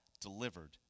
delivered